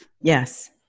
Yes